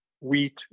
wheat